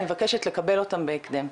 אני מבקשת לקבל אותם בהקדם.